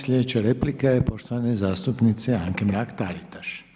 Slijedeća replika je poštovane zastupnice Anke Mrak-Taritaš.